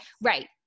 Right